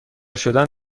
شدن